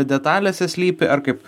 detalėse slypi ar kaip